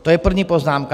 To je první poznámka.